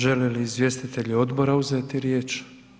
Žele li izvjestitelji odbora uzeti riječ?